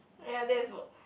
ya that's for